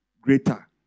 greater